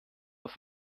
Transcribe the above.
auf